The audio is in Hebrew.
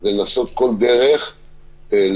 זה לנסות בכל דרך להרתיע,